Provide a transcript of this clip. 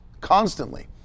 constantly